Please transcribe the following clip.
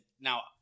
now